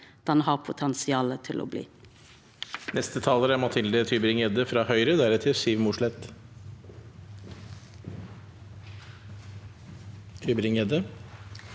har potensial for å bli.